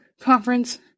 conference